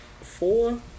four